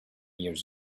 years